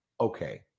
okay